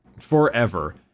Forever